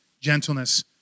gentleness